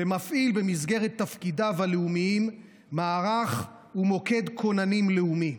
ומפעיל במסגרת תפקידיו הלאומיים מוקד ומערך כוננים לאומי.